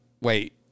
Wait